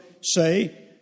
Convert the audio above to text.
say